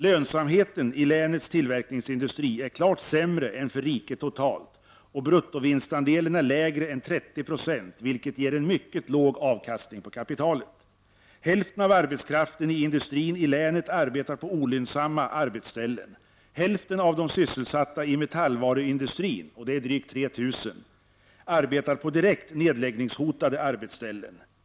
Lönsamheten i länets tillverkningsindustri är klart sämre än för riket totalt och bruttovinstandelen är lägre än 30 96, vilket ger en mycket låg avkastning på kapitalet. Hälften av arbetskraften i industrin i länet arbetar på olönsamma arbetsställen. Hälften av de sysselsatta i metallvaruindustrin, drygt 3000, arbetar på direkt nedläggningshotade arbetsställen.